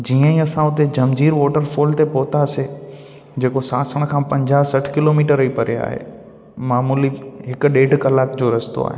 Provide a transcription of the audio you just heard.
जीअं ई असां हुते जमजीर वॉटर फॉल ते पहुतासीं जेको सासन खां पंजाह सठि किलोमीटर ई परे आहे मामूली हिकु ॾेढ कलाकु रस्तो आहे